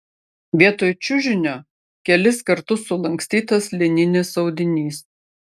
vietoj čiužinio kelis kartus sulankstytas lininis audinys